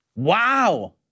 Wow